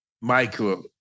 Michael